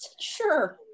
Sure